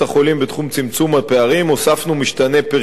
צמצום הפערים הוספנו משתנה "פריפריה"